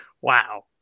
wow